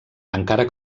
encara